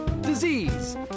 disease